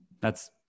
That's-